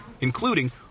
including